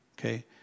okay